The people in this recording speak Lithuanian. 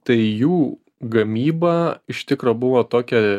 tai jų gamyba iš tikro buvo tokia